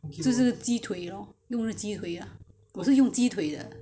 就是鸡腿 lor 用那个鸡腿啊我是用鸡腿的